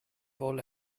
wohl